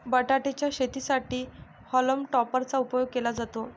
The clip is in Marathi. बटाटे च्या शेतीसाठी हॉल्म टॉपर चा उपयोग केला जातो